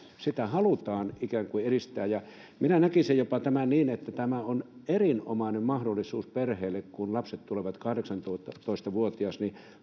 sitä halutaan ikään kuin edistää minä näkisin tämän jopa niin että tämä on erinomainen mahdollisuus perheelle kun lapset tulevat kahdeksantoista vuotiaiksi